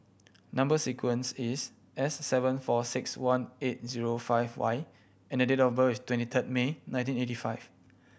number sequence is S seven four six one eight zero five Y and date of birth is twenty third May nineteen eighty five